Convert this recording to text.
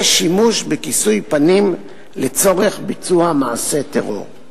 שימוש בכיסוי פנים לצורך ביצוע מעשה טרור.